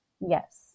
Yes